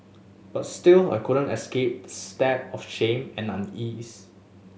but still I couldn't escape stab of shame and unease